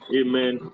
amen